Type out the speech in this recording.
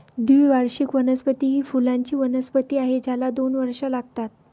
द्विवार्षिक वनस्पती ही फुलांची वनस्पती आहे ज्याला दोन वर्षे लागतात